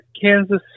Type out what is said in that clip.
Kansas